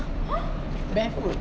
barefoot